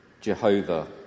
Jehovah